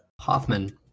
Hoffman